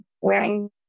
wearing